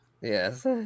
yes